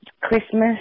Christmas